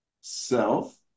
Self